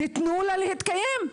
תתנו לה להתקיים.